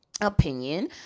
opinion